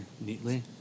neatly